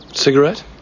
cigarette